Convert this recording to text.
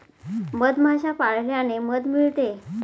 मधमाश्या पाळल्याने मध मिळते